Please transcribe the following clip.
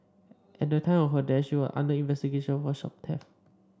at the time of her death she was under investigation for shop theft